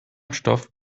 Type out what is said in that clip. stoff